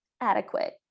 Adequate